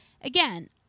Again